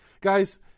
guys